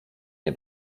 nie